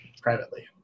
Privately